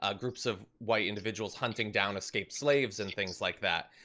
ah groups of white individuals hunting down escaped slaves and things like that.